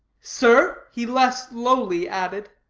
sir, he less lowly added,